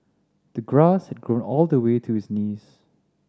the grass had grown all the way to his knees